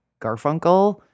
Garfunkel